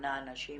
האחרונה נשים